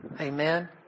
Amen